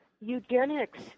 Eugenics